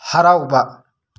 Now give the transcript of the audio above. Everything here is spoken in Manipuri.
ꯍꯔꯥꯎꯕ